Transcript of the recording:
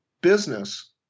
business